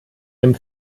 dem